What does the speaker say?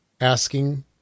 asking